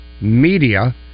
media